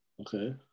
Okay